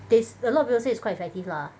they a lot of people say it's quite effective lah